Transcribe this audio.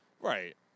Right